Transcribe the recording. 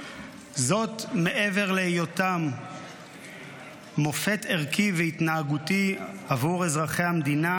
זאת מעבר להיותם מופת ערכי והתנהגותי עבור אזרחי המדינה.